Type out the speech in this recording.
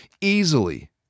easily